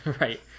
Right